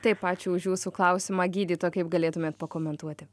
taip ačiū už jūsų klausimą gydytoja kaip galėtumėte pakomentuoti